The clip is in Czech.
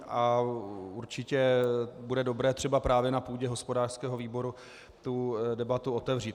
A určitě bude dobré třeba právě na půdě hospodářského výboru tu debatu otevřít.